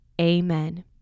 Amen